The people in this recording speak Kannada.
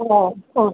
ಹಾಂ ಹಾಂ